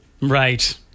right